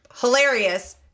Hilarious